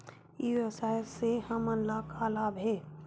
ई व्यवसाय से हमन ला का लाभ हे?